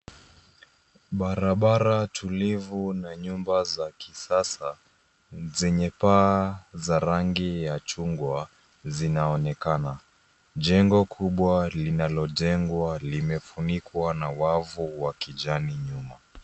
Barabara tulivu na nyumba za kisasa zenye paa za rangi ya chungwa zinaonekana. Jengo kubwa linalojengwa limefunikwa na wavu wa kijani nyuma.